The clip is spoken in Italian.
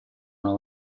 una